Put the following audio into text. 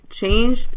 change